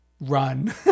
run